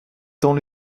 tant